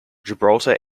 gibraltar